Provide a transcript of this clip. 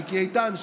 מיקי איתן,